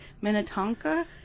Minnetonka